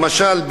למשל,